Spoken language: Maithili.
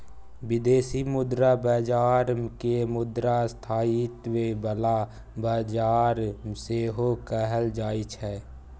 बिदेशी मुद्रा बजार केँ मुद्रा स्थायित्व बला बजार सेहो कहल जाइ छै